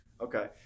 Okay